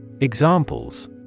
Examples